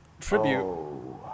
tribute